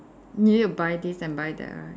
you need to buy this and buy that right